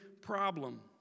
problem